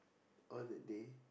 on that day